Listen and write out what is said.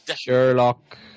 Sherlock